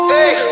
Hey